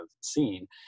seen